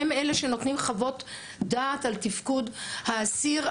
הם אלה שנותנים חוות דעת על תפקוד האסיר,